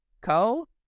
Co